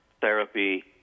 therapy